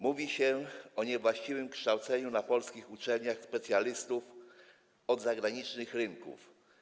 Mówi się o niewłaściwym kształceniu na polskich uczelniach specjalistów od zagranicznych rynków.